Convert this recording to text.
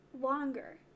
longer